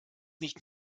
nicht